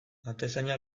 atezaina